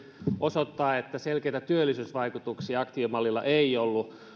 osoittaa että selkeitä työllisyysvaikutuksia aktiivimallilla ei ollut